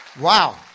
Wow